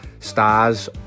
Stars